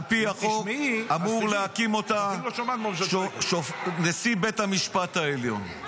על פי החוק אמור להקים אותה נשיא בית המשפט העליון.